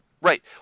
Right